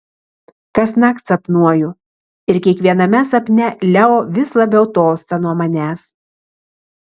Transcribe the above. kasnakt sapnuoju ir kiekviename sapne leo vis labiau tolsta nuo manęs